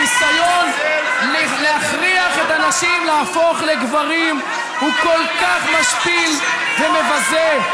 הניסיון להכריח את הנשים להפוך לגברים הוא כל כך משפיל ומבזה.